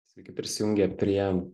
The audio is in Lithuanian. sveiki prisijungę prie